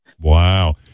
wow